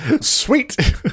Sweet